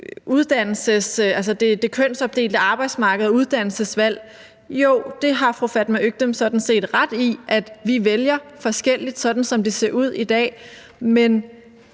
det kønsopdelte arbejdsmarked og uddannelsesvalg, og jo, fru Fatma Øktem har sådan set ret i, at vi vælger forskelligt, sådan som det ser ud i dag. Men